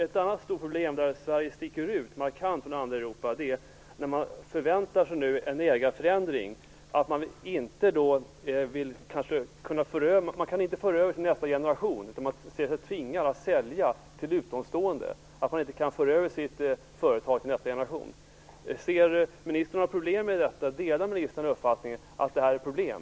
Ett annat stort problem där Sverige sticker ut markant från resten av Europa är när man förväntar sig en ägarförändring. Man kan inte föra över företaget till nästa generation. Man ser sig tvingad att sälja till utomstående. Ser ministern några problem i detta? Delar ministern den uppfattningen att detta är ett problem?